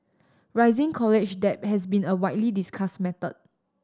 rising college debt has been a widely discussed matter